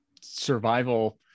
survival